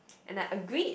and I agreed